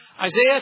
Isaiah